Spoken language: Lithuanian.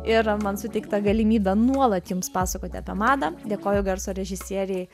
ir man suteiktą galimybę nuolat jums pasakoti apie madą dėkoju garso režisierei